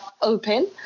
Open